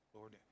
Lord